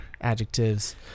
adjectives